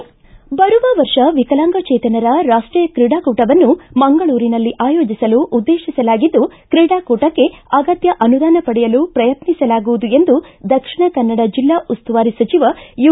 ಬರುವ ವರ್ಷ ವಿಕಲಾಂಗಚೇತನರ ರಾಷ್ವೀಯ ಕ್ರೀಡಾಕೂಟವನ್ನು ಮಂಗಳೂರಿನಲ್ಲಿ ಆಯೋಜಿಸಲು ಉದ್ದೇಶಿಸಲಾಗಿದ್ದು ಕ್ರೀಡಾಕೂಟಕ್ಕೆ ಅಗತ್ಯ ಅನುದಾನ ಪಡೆಯಲು ಪ್ರಯತ್ನಿಸಲಾಗುವುದು ಎಂದು ದಕ್ಷಿಣ ಕನ್ನಡ ಜೆಲ್ಲಾ ಉಸ್ತುವಾರಿ ಸಚಿವ ಯು